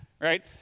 right